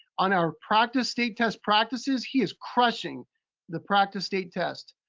on our practice state test practices, he is crushing the practice state test